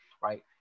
right